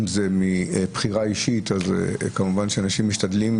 אם זה מבחירה אישית אז כמובן שאנשים משתדלים